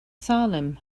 salem